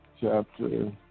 chapter